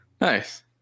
nice